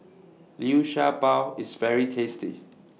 Liu Sha Bao IS very tasty